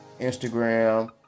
Instagram